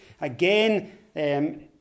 again